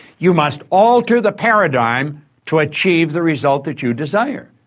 you must alter the paradigm to achieve the result that you desire.